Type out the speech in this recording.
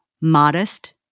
modest